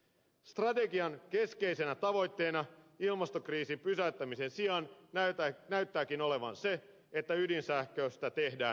strategian keskeisenä tavoitteena ilmastokriisin pysäyttämisen sijaan näyttääkin olevan se että ydinsähköstä tehdään vientituote